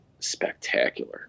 spectacular